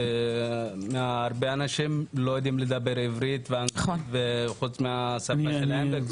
הרבה אנשים לא יודעים לדבר עברית, חוץ מהשפה שלהם.